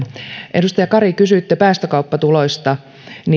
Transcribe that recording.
edustaja kari kysyitte päästökauppatuloista